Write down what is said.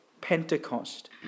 Pentecost